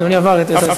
אדוני עבר את עשר הדקות.